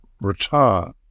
retire